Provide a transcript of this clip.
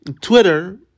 Twitter